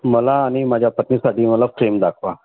मला आणि माझ्या पत्नीसाठी मला फ्रेम दाखवा